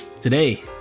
Today